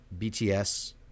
BTS